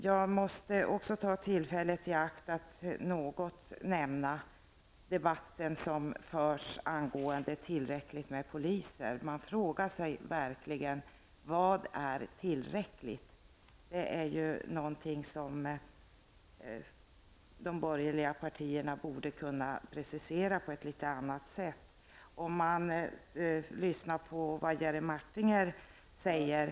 Jag måste ta tillfället i akt att något nämna debatten som förs angående tillräckligt med poliser. Vad är tillräckligt? Det är något som de borgerliga partierna borde kunna precisera på ett litet annorlunda sätt. Lyssnar man på vad Jerry